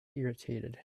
irritated